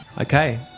Okay